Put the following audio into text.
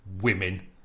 women